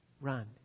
run